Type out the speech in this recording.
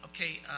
Okay